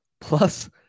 plus